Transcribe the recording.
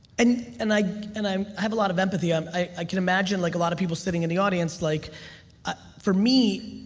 and and i and um have a lot of empathy. um i can imagine like a lot of people sitting in the audience, like ah for me,